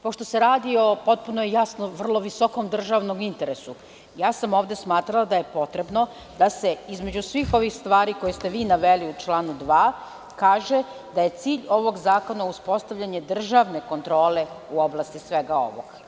Pošto se radi o potpuno jasnom, vrlo visokom državnom interesu, ja sam ovde smatrala da je potrebno da se, između svih ovih stvari koje ste vi naveli u članu 2, kaže da je cilj ovog zakona uspostavljanje državne kontrole u oblasti svega ovog.